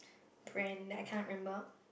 brand that I can't remember